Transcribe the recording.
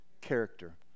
character